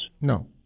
No